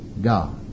God